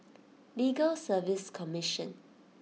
Legal Service Commission